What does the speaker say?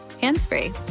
hands-free